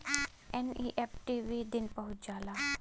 NEFT वही दिन पहुंच जाला